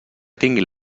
tinguin